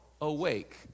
awake